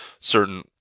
certain